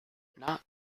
not